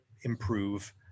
improve